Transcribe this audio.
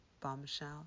Bombshell